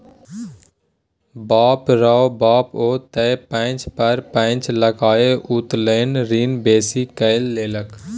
बाप रौ बाप ओ त पैंच पर पैंच लकए उत्तोलन ऋण बेसी कए लेलक